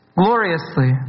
gloriously